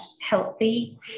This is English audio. healthy